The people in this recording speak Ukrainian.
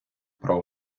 про